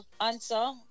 answer